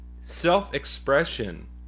self-expression